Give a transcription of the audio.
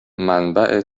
منبع